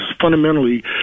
fundamentally